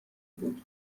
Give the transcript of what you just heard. بود